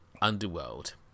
underworld